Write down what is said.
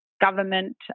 government